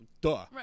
duh